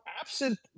absent